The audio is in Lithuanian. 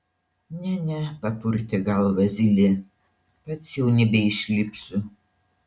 ne ne papurtė galvą zylė pats jau nebeišlipsiu